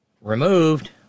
removed